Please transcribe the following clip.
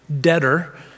debtor